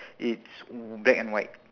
it's w~ black and white